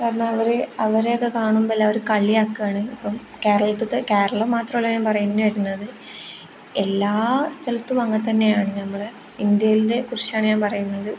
കാരണം അവർ അവരെയൊക്കെ കാണുമ്പം അല്ല അവർ കളിയാക്കുകയാണ് ഇപ്പം കേരളത്തിൽത്തെ കേരളം മാത്രമല്ല ഞാൻ പറഞ്ഞു വരുന്നത് എല്ലാ സ്ഥലത്തും അങ്ങനെ തന്നെയാണ് നമ്മൾ ഇന്ത്യയിൽത്തെ കുറിച്ചാണ് ഞാൻ പറയുന്നത്